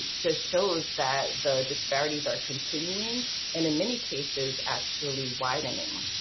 just shows that the disparities are continuing and in many cases, actually, widening.